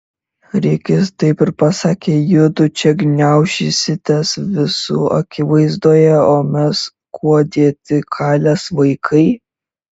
rikis taip ir pasakė judu čia gniaužysitės visų akivaizdoje o mes kuo dėti kalės vaikai